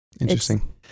Interesting